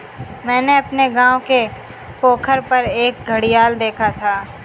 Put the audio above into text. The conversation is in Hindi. मैंने अपने गांव के पोखर पर एक घड़ियाल देखा था